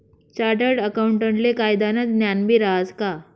chartered अकाऊंटले कायदानं ज्ञानबी रहास का